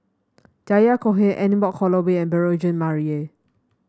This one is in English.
Yahya Cohen Anne Wong Holloway Beurel Jean Marie